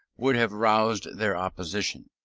would have roused their opposition.